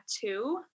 two